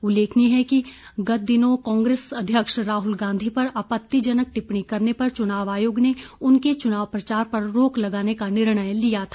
उल्लेखनीय है कि गत दिनों कांग्रेस अध्यक्ष राहुल गांधी पर आपत्तिजनक टिप्पणी करने पर चुनाव आयोग ने उनके चुनाव प्रचार पर रोक लगाने का निर्णय लिया था